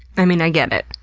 i mean, i get it.